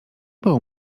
było